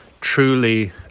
truly